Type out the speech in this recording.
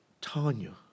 Tanya